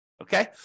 Okay